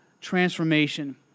transformation